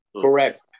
Correct